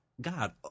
God